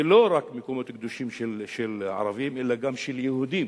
ולא רק מקומות קדושים של ערבים אלא גם של יהודים,